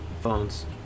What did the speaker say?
Phones